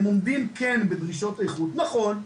הם עומדים כן בדרישות האיכות ונכון,